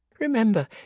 remember